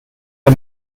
der